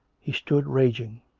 he stood raging.